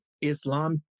Islam